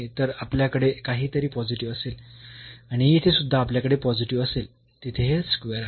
तर आपल्याकडे काहीतरी पॉझिटिव्ह असेल आणि येथे सुद्धा आपल्याकडे पॉझिटिव्ह असेल तिथे हे स्क्वेअर आहे